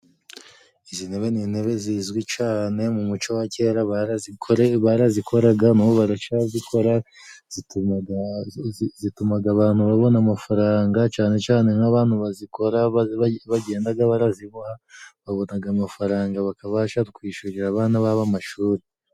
Izi ntebe ni intebe zizwi cyane mu muco wa kera barazikoraga, n'ubu baracyazikora, zituma abantu babona amafaranga cyane cyane nk'abantu bazikora bagenda baziboha, babona amafaranga bakabasha kwishyurira abana ba bo amashuri.